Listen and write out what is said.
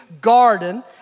garden